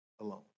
alone